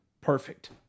perfect